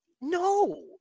no